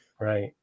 Right